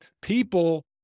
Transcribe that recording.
people